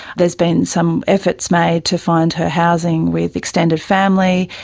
there's been some efforts made to find her housing with extended family,